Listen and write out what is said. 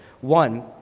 One